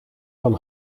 van